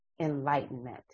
enlightenment